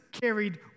carried